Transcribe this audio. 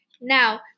Now